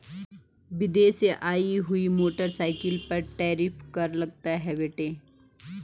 विदेश से आई हुई मोटरसाइकिल पर टैरिफ कर लगता है बेटे